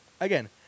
Again